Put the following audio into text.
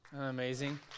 amazing